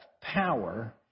power